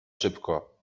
szybko